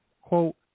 quote